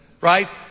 right